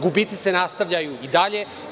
Gubici se nastavljaju i dalje.